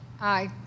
Aye